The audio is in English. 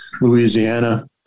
Louisiana